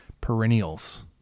perennials